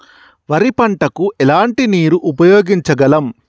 వరి పంట కు ఎలాంటి నీరు ఉపయోగించగలం?